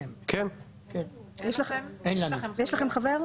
יש לכם חבר?